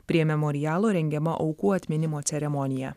prie memorialo rengiama aukų atminimo ceremonija